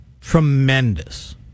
tremendous